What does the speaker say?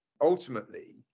Ultimately